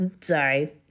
Sorry